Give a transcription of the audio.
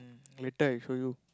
mm later I show you